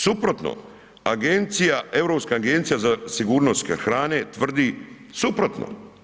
Suprotno agencija, Europska agencija za sigurnost hrane tvrdi suprotno.